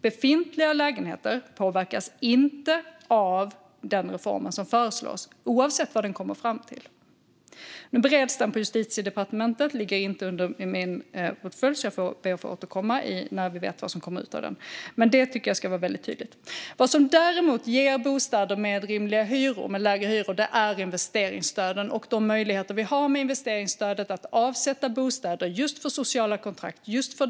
Befintliga lägenheter påverkas inte av den reform som föreslås, oavsett vad man kommer fram till. Nu bereds detta på Justitiedepartementet. Det ligger inte under min portfölj, så jag får be att få återkomma när vi vet vad som kommer ut av det hela. Men jag tycker att detta ska vara väldigt tydligt. Vad som däremot ger rimliga och lägre hyror är investeringsstöden och de möjligheter vi har genom detta stöd att avsätta bostäder för sociala kontrakt.